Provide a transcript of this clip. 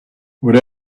would